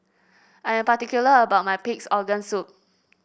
I am particular about my Pig's Organ Soup